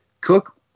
Cook